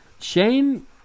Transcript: Shane